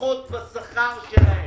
פחות בשכרם.